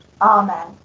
amen